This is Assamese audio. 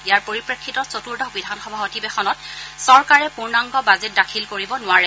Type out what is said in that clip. ইয়াৰ পৰিপ্ৰেক্ষিতত চতুৰ্দশ বিধানসভা অধিৱেশনত চৰকাৰে পূৰ্ণাংগ বাজেট দাখিল কৰিব নোৱাৰে